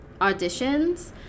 auditions